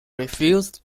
refused